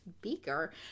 Beaker